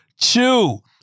Chew